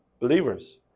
believers